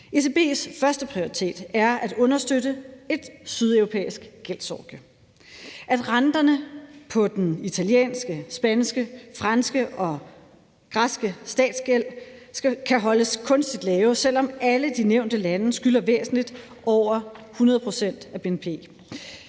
ECB's førsteprioritet er at understøtte et sydeuropæisk gældsorgie, så renterne på den italienske, spanske, franske og græske statsgæld kan holdes kunstigt lave, selv om alle de nævnte lande skylder væsentlig mere end 100 pct. af bnp.